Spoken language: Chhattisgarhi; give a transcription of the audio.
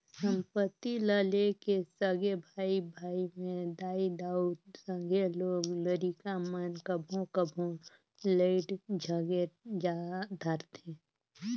संपत्ति ल लेके सगे भाई भाई में दाई दाऊ, संघे लोग लरिका मन कभों कभों लइड़ झगेर धारथें